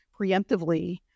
preemptively